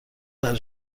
برا